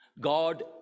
god